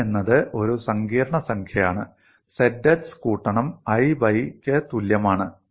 Z എന്നത് ഒരു സങ്കീർണ്ണ സംഖ്യയാണ് z x കൂട്ടണം i y ക്ക് തുല്യമാണ്